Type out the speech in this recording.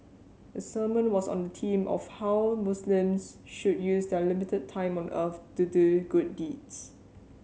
the sermon was on the theme of how Muslims should use their limited time on earth to do good deeds